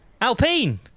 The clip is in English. Alpine